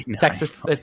texas